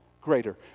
greater